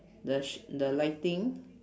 the sh~ the lighting